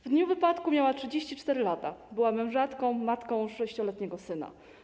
W dniu wypadku miała 34 lata, była mężatką, matką 6-letniego syna.